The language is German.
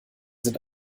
sind